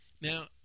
Now